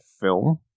film